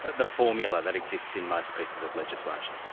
the formula that exists in most pieces of legislation?